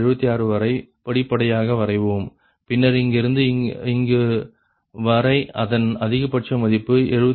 76 வரை படிப்படியாக வரைவோம் பின்னர் இங்கிருந்து இங்கு வரை அதன் அதிகபட்ச மதிப்பு 73